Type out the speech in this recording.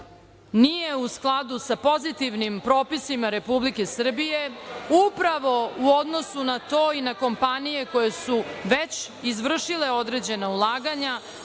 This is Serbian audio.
nije u skladu sa pozitivnim propisima Republike Srbije upravo u odnosu na to i na kompanije koje su već izvršile određena ulaganja,